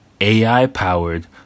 AI-powered